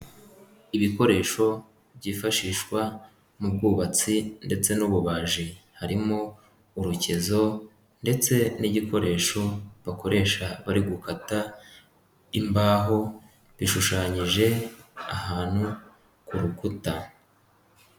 Ibikoresho byifashishwa mu bwubatsi ndetse n'ububaji, harimo urukezo ndetse n'igikoresho bakoresha bari gukata imbaho, bishushanyije ahantu ku rukuta.